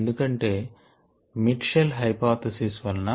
ఎందుకంటే Mitchell hypothesis Mitchell's hypothesis వలన